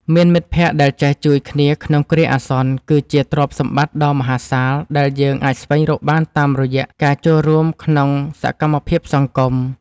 មានមិត្តភក្តិដែលចេះជួយគ្នាក្នុងគ្រាអាសន្នគឺជាទ្រព្យសម្បត្តិដ៏មហាសាលដែលយើងអាចស្វែងរកបានតាមរយៈការចូលរួមក្នុងសកម្មភាពសង្គម។